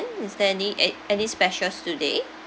is there any a~ any specials today